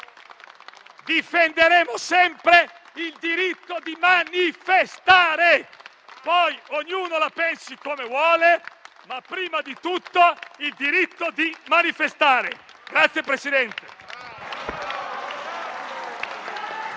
Difenderemo sempre il diritto di manifestare. Poi ognuno la pensi come vuole, ma prima di tutto il diritto di manifestare.